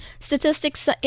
Statistics